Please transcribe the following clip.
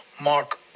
Mark